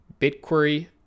BitQuery